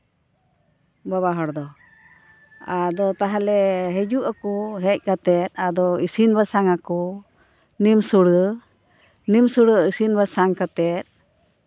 ᱵᱟᱵᱟ ᱦᱚᱲ ᱫᱚ ᱟᱫᱚ ᱛᱟᱦᱞᱮ ᱦᱤᱡᱩᱜ ᱟᱠᱚ ᱦᱮᱡ ᱠᱟᱛᱮ ᱟᱫᱚ ᱤᱥᱤᱱ ᱵᱟᱥᱟᱝ ᱟᱠᱚ ᱧᱩ ᱥᱩᱲᱟᱹ ᱧᱩ ᱥᱩᱲᱟᱹ ᱤᱥᱤᱱ ᱵᱟᱥᱟᱝ ᱠᱟᱛᱮ